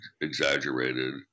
exaggerated